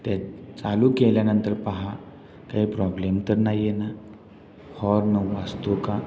त्या चालू केल्यानंतर पहा काही प्रॉब्लेम तर नाहीये ना हॉर्न वाजतो का